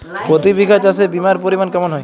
প্রতি বিঘা চাষে বিমার পরিমান কেমন হয়?